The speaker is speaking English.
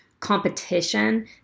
Competition